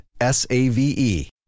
S-A-V-E